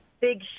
big